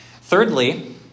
Thirdly